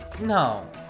No